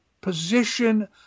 position